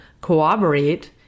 cooperate